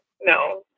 no